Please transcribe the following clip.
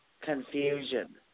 confusion